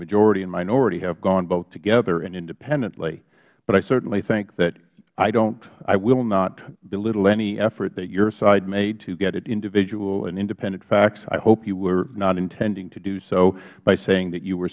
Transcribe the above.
majority and minority have gone both together and independently but i certainly think that i don't i will not belittle any effort that your side made to get at individual and independent facts i hope you were not intending to do so by saying that you were